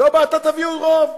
לא באת ואמרת תביאו רוב.